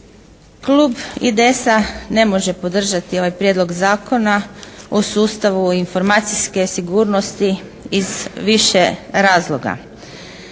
Klub IDS-a ne može podržati ovaj Prijedlog zakona o sustavu informacijske sigurnosti iz više razloga.